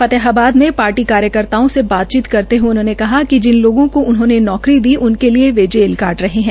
फतेहाबाद में पार्टी कार्यकर्ताओं से बातचीत करते हऐ उन्होंने कहा कि जिन लोगों को उन्होंने नौकरी दी उनके लिए वह जेल काट रहे है